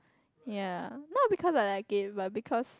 ya not because I like it but because